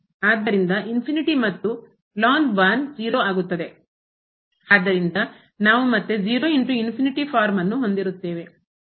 ಆದ್ದರಿಂದ ಮತ್ತು 0 ಆಗುತ್ತದೆ ಆದ್ದರಿಂದ ನಾವು ಮತ್ತೆ ಫಾರ್ಮ್ ಅನ್ನು ಹೊಂದಿರುತ್ತೇವೆ